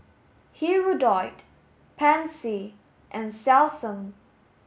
Hirudoid Pansy and Selsun